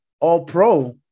All-Pro